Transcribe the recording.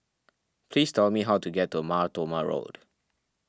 please tell me how to get to Mar Thoma Road